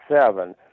seven